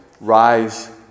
rise